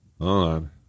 on